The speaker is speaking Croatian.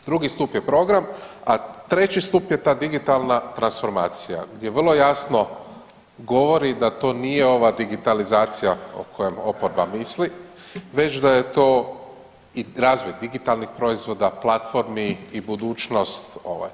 Drugi stup je program, a treći stup je ta digitalna transformacija gdje vrlo jasno govoriti da to nije ova digitalizacija o kojoj oporba misli, već da je to i razvoj digitalnih proizvoda, platformi i budućnost.